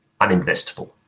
uninvestable